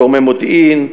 גורמי מודיעין,